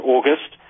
August